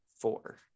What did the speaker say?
four